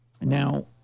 Now